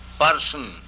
person